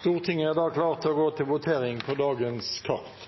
Stortinget er da klar til å votere over sakene på dagens kart.